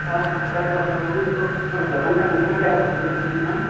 তাহলে আটটার পরে যাব কিন্তু দোকানটা কোনখানটায় একটু বলুন না